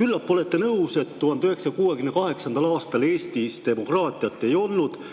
Küllap olete nõus, et 1968. aastal Eestis demokraatiat ei olnud